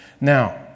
Now